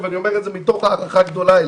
אני אומר את זה מתוך הערכה גדולה אליך.